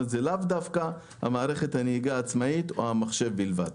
ולאו דווקא מערכת הנהיגה העצמאית או המחשב בלבד.